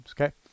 Okay